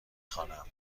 خوانم